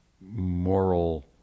moral